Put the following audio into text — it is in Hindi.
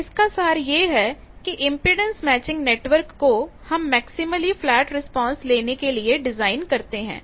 तो इसका सार यह है कि इंपेडेंस मैचिंग नेटवर्क को हम मैक्सीमली फ्लैट रिस्पांस लेने के लिए डिजाइन करते हैं